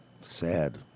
Sad